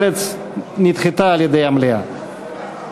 מרצ נדחתה על-ידי המליאה.